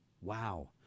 wow